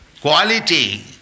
quality